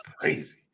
crazy